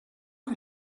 que